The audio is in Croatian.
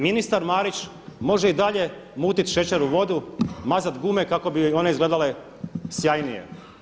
Ministar Marić može i dalje mutit šećer u vodu, mazat gume kako bi one izgledale sjajnije.